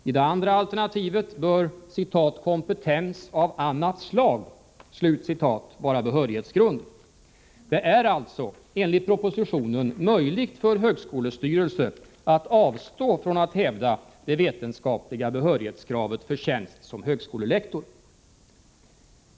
I det andra alternativet bör ”kompetens av annat slag” vara behörighetsgrund. Det är alltså enligt propositionen möjligt för högskolestyrelse att avstå från att hävda det vetenskapliga behörighetskravet för tjänst som högskolelektor.